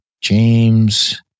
James